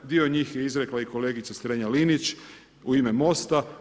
Dio njih je izrekla i kolegica Strenja-Linić u ime MOST-a.